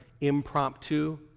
impromptu